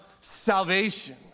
salvation